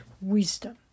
Wisdom